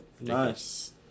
nice